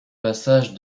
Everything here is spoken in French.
passage